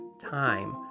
time